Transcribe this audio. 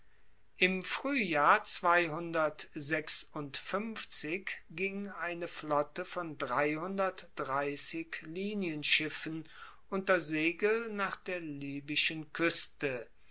im fruehjahr ging eine flotte von linienschiffen unter segel nach der libyschen kueste